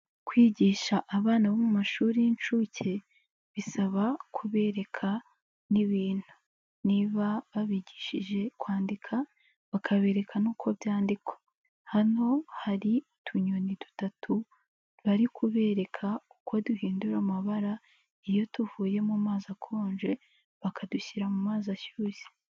Kwigisha abana bo mu mashuri y'inshuke bisaba kubereka n'ibintu, niba babigishije kwandika bakabereka nuko byandikwa, hano hari utunyoni dutatu bari kubereka uko duhindura amabara iyo tuvuye mu mazi akonje, bakadushyira mu mazi ashyushye.